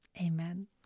Amen